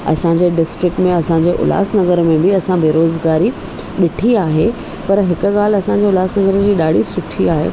असांजे डिस्ट्रिक्ट में असांजे उल्हासनगर में बि असां बेरोज़गारी ॾिठी आहे पर हिकु ॻाल्हि असांजे उल्हासनगर जी ॾाढी सुठी आहे